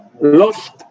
lost